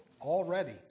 already